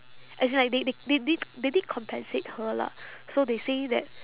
as in like they they they did they did compensate her lah so they say that